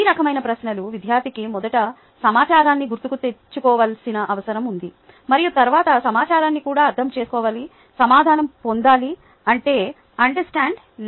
ఈ రకమైన ప్రశ్నలు విద్యార్థికి మొదట సమాచారాన్ని గుర్తుకు తెచ్చుకోవాల్సిన అవసరం ఉంది మరియు తరువాత సమాచారాన్ని కూడా అర్థం చేసుకోవాలిసమాధానం పొందాలి అంటే అండర్స్టాండ్ లెవెల్